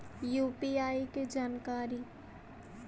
UPI के जानकारी?